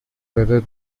whether